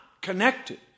connected